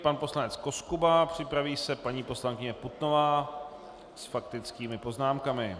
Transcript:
Pan poslanec Koskuba, připraví se paní poslankyně Putnová s faktickými poznámkami.